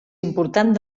important